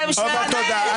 עובד, תודה רבה.